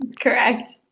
correct